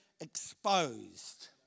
exposed